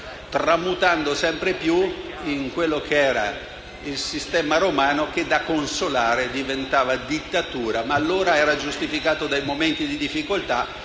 tramutando sempre più in quello che era il sistema romano, che da consolare diventava dittatura, ma allora era giustificato dai momenti di difficoltà;